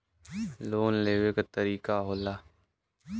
Loan लेवे क तरीकाका होला?